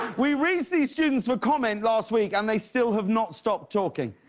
we reached these students for comment last week and they still have not stopped talking.